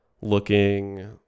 looking